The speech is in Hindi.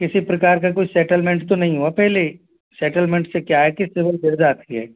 किसी प्रकार का कोई सेटलमेंट तो नहीं हुआ पहले सेटलमेंट से क्या है सिबील गिर जाती है